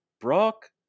Brock